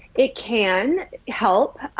it can help.